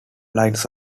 lines